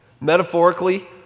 metaphorically